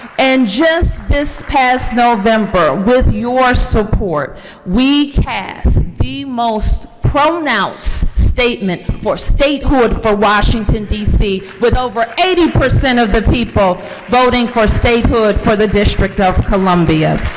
and just this past november with your support we cast the most pronounced statement for statehood for washington, d c, with over eighty percent of the people voting for statehood for the district of columbia.